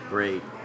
Great